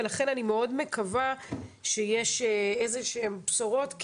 לכן אני מאוד מקווה שיש איזה שהן בשורות.